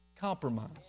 compromise